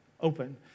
open